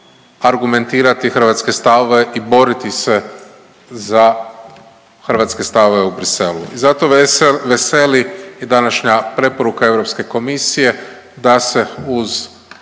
argumentirati hrvatske stavove i boriti se za hrvatske stavove u Bruxellesu. I zato veseli i današnja preporuka europske komisije da se uz